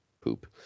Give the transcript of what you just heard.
Poop